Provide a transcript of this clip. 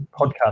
podcast